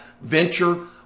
venture